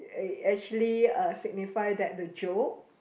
eh actually uh signify that the joke